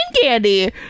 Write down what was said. candy